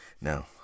now